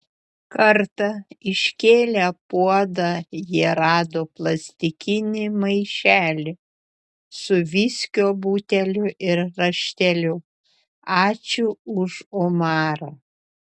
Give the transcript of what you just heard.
kartą iškėlę puodą jie rado plastikinį maišelį su viskio buteliu ir rašteliu ačiū už omarą